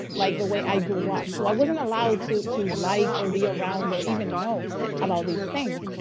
like the way i grew up. so i wasn't allowed to to like or be around or even know about these things.